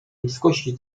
ludzkości